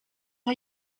are